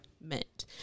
meant